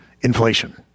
inflation